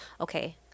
okay